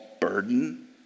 burden